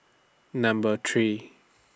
Number three